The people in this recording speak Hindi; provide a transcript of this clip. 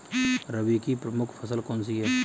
रबी की प्रमुख फसल कौन सी है?